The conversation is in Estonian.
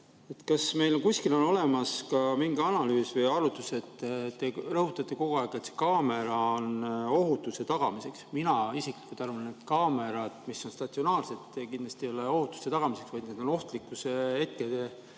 Kas meil kuskil on olemas ka mingi analüüs või arvutus? Te rõhutate kogu aeg, et kaamera on ohutuse tagamiseks. Mina isiklikult arvan, et kaamerad, mis on statsionaarsed, kindlasti ei ole ohutuse tagamiseks, vaid need on ohtlike hetkede